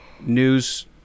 news